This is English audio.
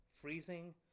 freezing